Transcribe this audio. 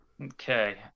Okay